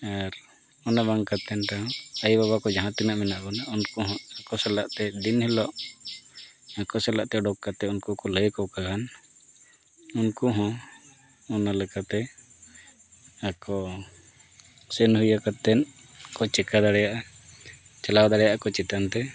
ᱟᱨ ᱚᱱᱟ ᱵᱟᱝ ᱠᱟᱛᱮᱫ ᱨᱮᱦᱚᱸ ᱟᱭᱳᱼᱵᱟᱵᱟ ᱠᱚ ᱡᱟᱦᱟᱸ ᱛᱤᱱᱟᱹᱜ ᱢᱮᱱᱟᱜ ᱵᱚᱱᱟ ᱩᱱᱠᱩ ᱦᱚᱸ ᱟᱠᱚ ᱥᱟᱞᱟᱜ ᱛᱮ ᱫᱤᱱ ᱦᱤᱞᱳᱜ ᱟᱠᱚ ᱥᱟᱞᱟᱜ ᱛᱮ ᱩᱰᱩᱠ ᱠᱟᱛᱮᱫ ᱩᱱᱠᱩ ᱠᱚ ᱞᱟᱹᱭ ᱠᱚᱠᱷᱟᱱ ᱩᱱᱠᱩ ᱦᱚᱸ ᱚᱱᱟ ᱞᱮᱠᱟᱛᱮ ᱟᱠᱚ ᱦᱚᱸ ᱥᱮᱱ ᱦᱩᱭ ᱠᱟᱛᱮᱫ ᱠᱚ ᱪᱤᱠᱟᱹ ᱫᱟᱲᱮᱭᱟᱜᱼᱟ ᱪᱟᱞᱟᱣ ᱫᱟᱲᱮᱭᱟᱜᱼᱟ ᱠᱚ ᱪᱮᱛᱟᱱ ᱛᱮ